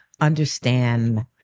understand